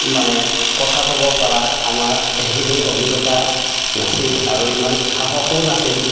মানে কথা ক'ব পাৰা আমাৰ সেইখিনি অভিজ্ঞতা নাছিল আৰু ইমান সাহসো নাছিল